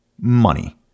Money